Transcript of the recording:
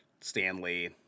Stanley